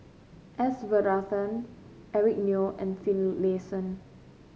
S Varathan Eric Neo and Finlayson